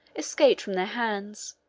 escaped from their hands